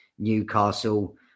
Newcastle